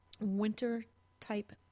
winter-type